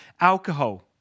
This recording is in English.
alcohol